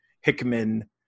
Hickman